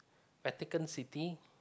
Pelican city